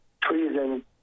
treason